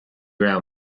raibh